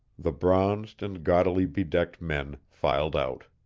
the bronzed and gaudily bedecked men filed out.